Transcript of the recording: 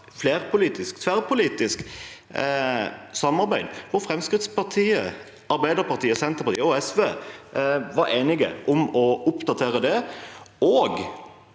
var et tverrpolitisk samarbeid, hvor Fremskrittspartiet, Arbeiderpartiet, Senterpartiet og SV var enige om å oppdatere det.